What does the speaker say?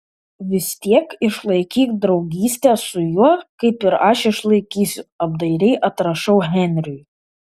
vis tiek išlaikyk draugystę su juo kaip ir aš išlaikysiu apdairiai atrašau henriui